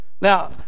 Now